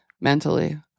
mentally